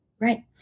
Right